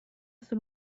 sul